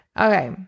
Okay